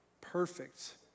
perfect